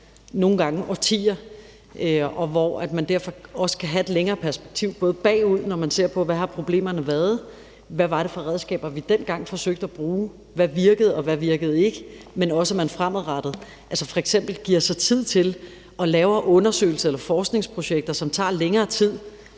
virker henover årtier, og hvor man derfor også kan have et længere perspektiv både bagud, når man ser på, hvilke problemer der har været, hvad det var for redskaber, vi dengang forsøgte at bruge, hvad der virkede, og hvad der ikke virkede, men også fremadrettet, ved at man f.eks. giver sig tid til at lave undersøgelser eller forskningsprojekter, som rækker længere end